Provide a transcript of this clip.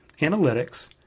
Analytics